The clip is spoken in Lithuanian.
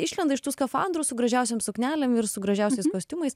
išlenda iš tų skafandrų su gražiausiom suknelėm ir su gražiausiais kostiumais